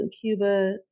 Cuba